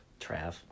Trav